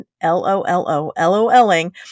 L-O-L-O-L-O-L-ing